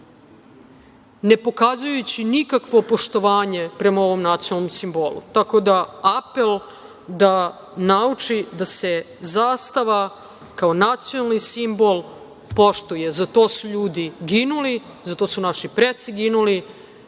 ne pokazujući nikakvo poštovanje prema ovom nacionalnom simbolu. Tako da apel da nauči da se zastava kao nacionalni simbol poštuje. Jer za to su ljudi ginuli, za to su naši preci ginuli,